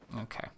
Okay